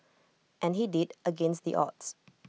and he did against the odds